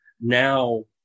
now